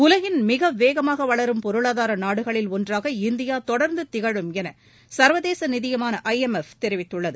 உலகின் மிக வேகமாக வளரும் பொருளாதார நாடுகளில் ஒன்றாக இந்தியா தொடர்ந்து திகழும் என சர்வதேச நிதியமான ஐ எம் எப் தெரிவித்துள்ளது